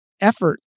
effort